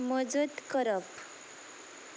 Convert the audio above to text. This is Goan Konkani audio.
मजत करप